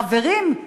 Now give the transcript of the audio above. חברים,